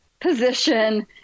position